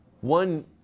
One